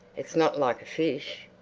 it's not like a fish.